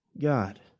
God